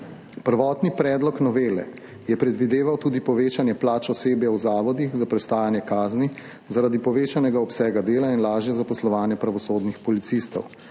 Prvotni predlog novele je predvideval tudi povečanje plač osebja v zavodih za prestajanje kazni zaradi povečanega obsega dela in lažje zaposlovanje pravosodnih policistov.